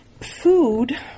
food